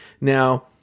Now